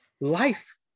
life